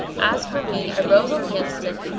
as for me i rose on the instant,